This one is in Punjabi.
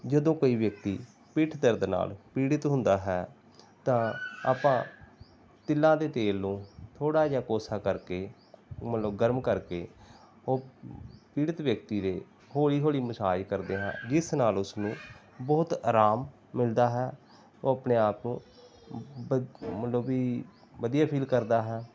ਜਦੋਂ ਕੋਈ ਵਿਅਕਤੀ ਪਿੱਠ ਦਰਦ ਨਾਲ ਪੀੜਿਤ ਹੁੰਦਾ ਹੈ ਤਾਂ ਆਪਾਂ ਤਿਲਾਂ ਦੇ ਤੇਲ ਨੂੰ ਥੋੜ੍ਹਾ ਜਿਹਾ ਕੋਸਾ ਕਰਕੇ ਮਤਲਬ ਗਰਮ ਕਰਕੇ ਉਹ ਪੀੜਿਤ ਵਿਅਕਤੀ ਦੇ ਹੌਲੀ ਹੌਲੀ ਮਸਾਜ ਕਰਦੇ ਹਾਂ ਜਿਸ ਨਾਲ ਉਸ ਨੂੰ ਬਹੁਤ ਆਰਾਮ ਮਿਲਦਾ ਹੈ ਉਹ ਆਪਣੇ ਆਪ ਨੂੰ ਵਧ ਮਤਲਬ ਵੀ ਵਧੀਆ ਫੀਲ ਕਰਦਾ ਹੈ